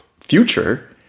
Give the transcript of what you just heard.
future